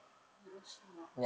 hiroshima